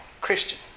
Christian